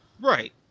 right